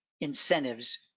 incentives